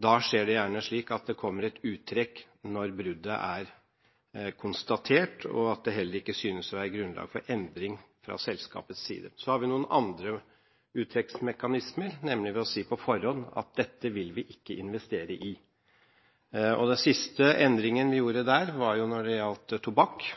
Da skjer det gjerne slik at det kommer et uttrekk når bruddet er konstatert og det heller ikke synes å være grunnlag for endring fra selskapets side. Så har vi noen andre uttrekksmekanismer, nemlig å si på forhånd at dette vil vi ikke investere i. Den siste endringen vi gjorde der, var når det gjald tobakk,